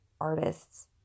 artists